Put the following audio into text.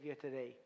today